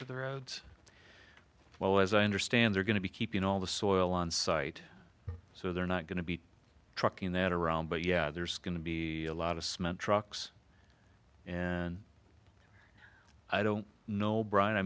to the roads well as i understand they're going to be keeping all the soil on site so they're not going to be trucking that around but yeah there's going to be a lot of trucks and i don't know bryan i